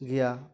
ᱜᱮᱭᱟ